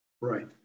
Right